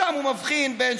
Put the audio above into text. בבקשה, אדוני.